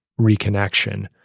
reconnection